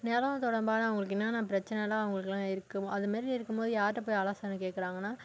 நிலம் தொடர்பான அவங்களுக்கு என்னென்ன பிரச்சினலாம் அவங்களுக்கெல்லாம் இருக்குது அது மாதிரி இருக்கும்போது யார்கிட்ட போய் ஆலோசனை கேட்குறாங்கனா